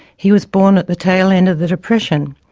he was born at the tail end of the depression.